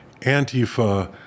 Antifa